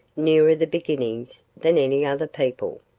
nearer the beginnings than any other people.